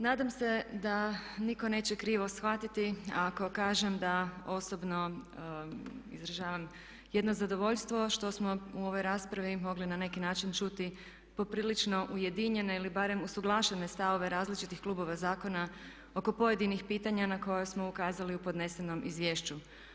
Nadam se da nitko neće krivo shvatiti ako kažem da osobno izražavam jedno zadovoljstvo što smo u ovoj raspravi mogli na neki način čuti poprilično ujedinjene ili barem usuglašene stavove različitih klubova zastupnika oko pojedinih pitanja na koja smo ukazali u podnesenom izvješću.